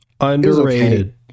underrated